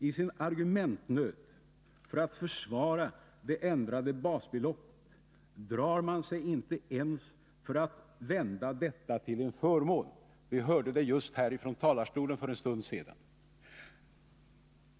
I sin argumentnöd när det gäller att försvara det ändrade basbeloppet drar man sig inte ens för att vända detta till en förmån. Vi hörde det här från talarstolen för en stund sedan.